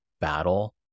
battle